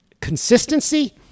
consistency